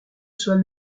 soit